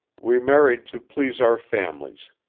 we married to please our families,